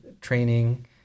training